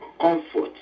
comfort